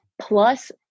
plus